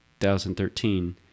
2013